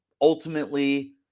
ultimately